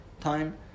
time